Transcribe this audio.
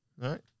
Right